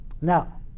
Now